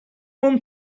want